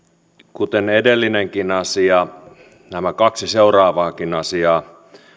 kuten edellinenkin asia nämä kaksi seuraavaakin asiaa